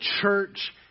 church